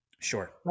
Sure